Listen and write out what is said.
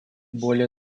более